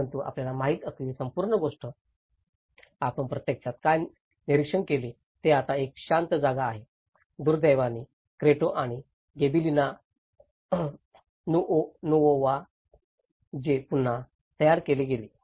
परंतु आपल्याला माहित असलेली संपूर्ण गोष्ट आपण प्रत्यक्षात काय निरीक्षण केले हे आता एक शांत जागा आहे दुर्दैवाने क्रेट्टो आणि गिबेलिना नुओवा जे पुन्हा तयार केले गेले